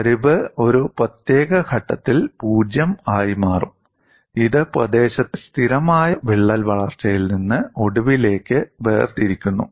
ചരിവ് ഒരു പ്രത്യേക ഘട്ടത്തിൽ 0 ആയി മാറും ഇത് പ്രദേശത്തെ സ്ഥിരമായ വിള്ളൽ വളർച്ചയിൽ നിന്ന് ഒടിവിലേക്ക് വേർതിരിക്കുന്നു